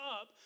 up